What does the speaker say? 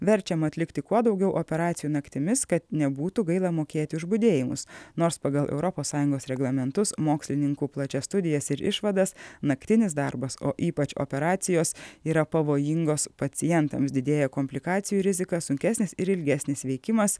verčiama atlikti kuo daugiau operacijų naktimis kad nebūtų gaila mokėti už budėjimus nors pagal europos sąjungos reglamentus mokslininkų plačias studijas ir išvadas naktinis darbas o ypač operacijos yra pavojingos pacientams didėja komplikacijų rizika sunkesnis ir ilgesnis sveikimas